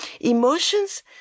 Emotions